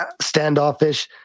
standoffish